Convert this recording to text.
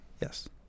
Yes